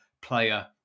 player